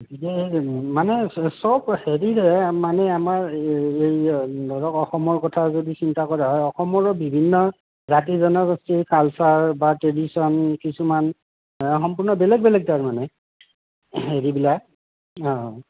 মানে চব হেৰিৰে মানে আমাৰ এই ধৰক অসমৰ কথাও যদি চিন্তা কৰা হয় অসমৰো বিভিন্ন জাতি জনগোষ্ঠীৰ কালচাৰ বা ট্ৰেডিচন কিছুমান সম্পূৰ্ণ বেলেগ বেলেগ তাৰমানে হেৰিবিলাক অঁ অঁ